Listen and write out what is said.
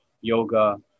yoga